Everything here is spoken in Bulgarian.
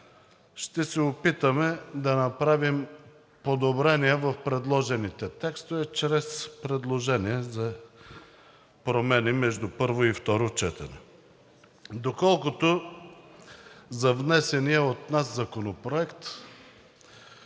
ще се опитаме да направим подобрения в предложените текстове чрез предложения за промени между първо и второ четене. Доколкото за внесения от нас законопроект,